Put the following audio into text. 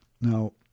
Now